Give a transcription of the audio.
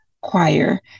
choir